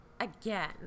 again